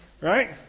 right